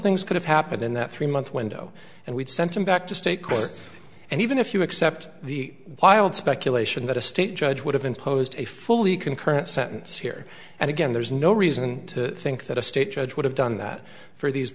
things could have happened in that three month window and we've sent him back to state court and even if you accept the wild speculation that a state judge would have imposed a fully concurrent sentence here and again there's no reason to think that a state judge would have done that for these